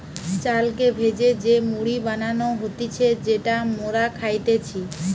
চালকে ভেজে যে মুড়ি বানানো হতিছে যেটা মোরা খাইতেছি